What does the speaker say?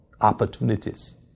opportunities